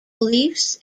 beliefs